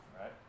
right